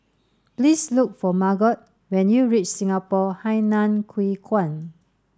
please look for Margot when you reach Singapore Hainan Hwee Kuan